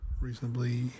reasonably